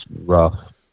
rough